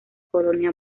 colonia